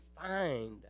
find